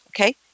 Okay